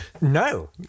No